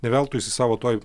ne veltui jisai savo toj